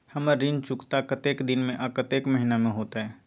हमर ऋण चुकता कतेक दिन में आ कतेक महीना में होतै?